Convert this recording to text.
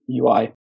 UI